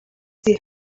see